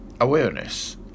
awareness